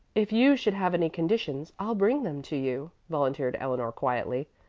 if you should have any conditions, i'll bring them to you, volunteered eleanor quietly.